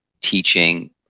teaching